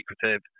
secretive